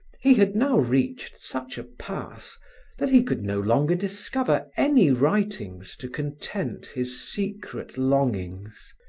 he had now reached such a pass that he could no longer discover any writings to content his secret longings.